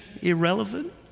irrelevant